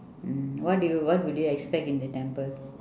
mm what do you what will you expect in the temple